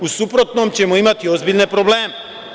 U suprotnom ćemo imati ozbiljne probleme.